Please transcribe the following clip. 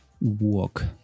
walk